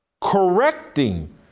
Correcting